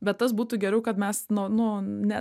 bet tas būtų geriau kad mes nu nu ne